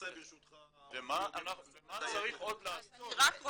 -- במה צריך עוד לעשות?